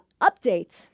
Update